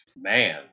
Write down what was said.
Man